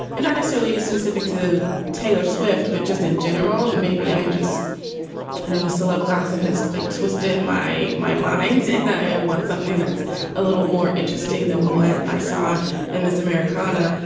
and necessarily specific to taylor swift, but just in general. maybe i'm just an an a celeb gossip has like twisted my my mind eye and wants something that's a little more interesting than what i saw at miss americana.